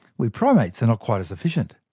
we primates and are quite as efficient.